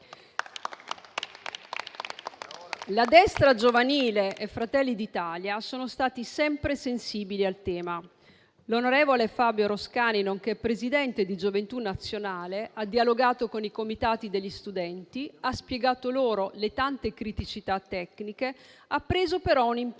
La destra giovanile e Fratelli d'Italia sono stati sempre sensibili al tema. L'onorevole Fabio Roscani, che è anche presidente di Gioventù Nazionale, ha dialogato con i comitati degli studenti, ha spiegato loro le tante criticità tecniche, ma ha assunto un impegno